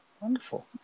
Wonderful